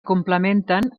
complementen